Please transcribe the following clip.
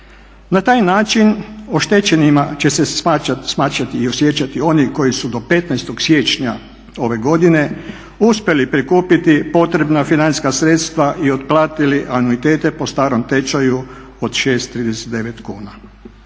Na taj način oštećenima će se shvaćati i osjećati oni koji su do 15. siječnja ove godine uspjeli prikupiti potrebna financijska sredstva i otplatili anuitete po starom tečaju od 6,39 kuna.